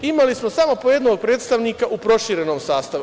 Imali smo samo po jednog predstavnika u proširenom sastavu.